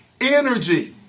energy